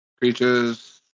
Creatures